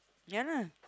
yeah lah